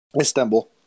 Istanbul